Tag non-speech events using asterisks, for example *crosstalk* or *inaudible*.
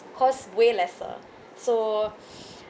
cost way lesser so *breath*